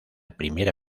primera